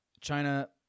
China